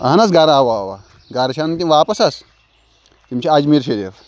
اَہَن حظ گَرٕ اَوا اَوا گَرٕ چھِ اَنٕنۍ تِم واپَس حظ تِم چھِ اجمیٖر شریٖف